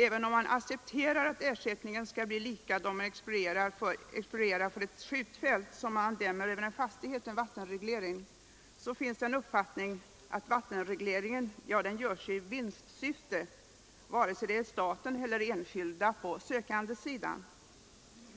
Även om man accepterar att ersättningen skall bli lika då man exproprierar för ett skjutfält och då man dämmer över en fastighet för vattenreglering finns det en uppfattning att vattenregleringen görs i vinstsyfte, antingen det är staten eller en enskild som är sökande.